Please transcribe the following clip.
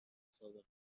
سابقست